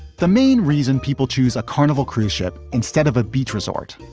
the main reason people choose a carnival cruise ship instead of a beach resort,